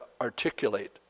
articulate